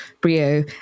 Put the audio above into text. Brio